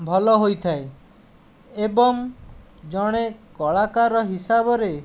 ଭଲ ହୋଇଥାଏ ଏବଂ ଜଣେ କଳାକାର ହିସାବରେ